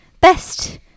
best